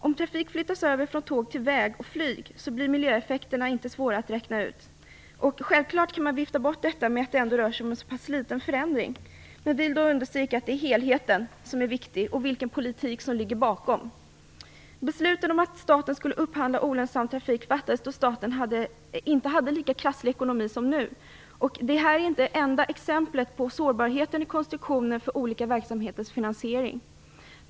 Om trafik flyttas över från tåg till väg och flyg, blir miljöeffekterna inte svåra att räkna ut. Självklart kan man vifta bort med att det ändå rör sig om bara en liten förändring. Då vill vi understryka att det är helheten som är viktig och vilken politik som ligger bakom. Beslutet om att staten skulle upphandla olönsam trafik fattades då staten inte hade lika krasslig ekonomi som nu. Detta är inte enda exemplet på sårbarheten i konstruktionen för olika verksamheters finansiering.